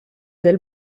del